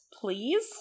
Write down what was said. please